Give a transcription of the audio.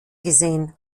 gesehen